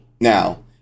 Now